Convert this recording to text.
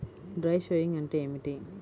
Dry sowing అంటే ఏమిటి?